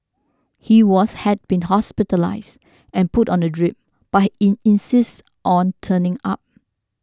he was had been hospitalised and put on a drip but he in insisted on turning up